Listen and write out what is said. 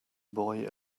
boy